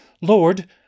Lord